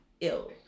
ill